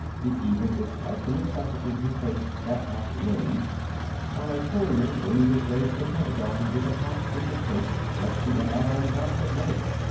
he even disliked the necessity he faced that afternoon while a courier winged his way to the pentagon with the top-secret tapes betsy and al and gus had made.